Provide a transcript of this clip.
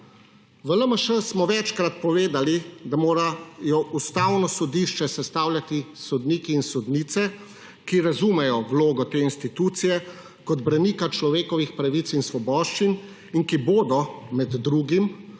V LMŠ smo večkrat povedali, da morajo Ustavno sodišče sestavljati sodniki in sodnice, ki razumejo vlogo te institucije kot branika človekovih pravic in svoboščin in ki bodo med drugim